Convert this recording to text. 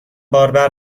باربر